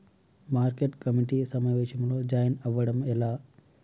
Market committee సమావేశంలో join అవ్వడం ఎలా?